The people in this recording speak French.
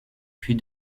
puis